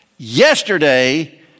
Yesterday